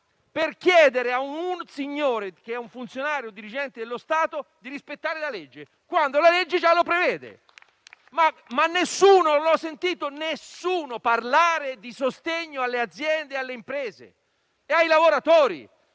per chiedere a un signore, che è un dirigente dello Stato, di rispettare la legge, quando la legge già lo prevede. Non ho sentito però nessuno parlare di sostegno alle aziende, alle imprese e ai lavoratori,